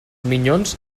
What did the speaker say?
minyons